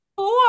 Four